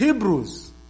Hebrews